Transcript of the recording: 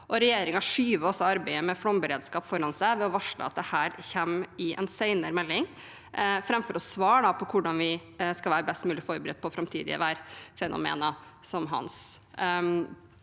Regjeringen skyver også arbeidet med flomberedskap foran seg ved å varsle at dette kommer i en senere melding, framfor å svare på hvordan vi skal være best mulig forberedt på framtidige værfenomener som «Hans».